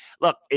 Look